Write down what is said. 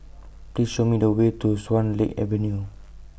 Please Show Me The Way to Swan Lake Avenue